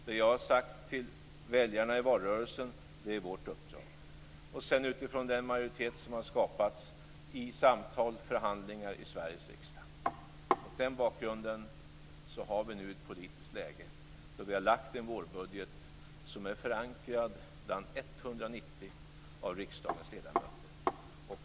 Det jag har sagt till väljarna i valrörelsen är vårt uppdrag. Utifrån den majoritet som har skapats sker det i samtal och i förhandlingar i Sveriges riksdag. Vi har nu ett politiskt läge då vi har lagt fram en vårbudget som är förankrad bland 190 av riksdagens ledamöter.